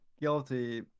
guilty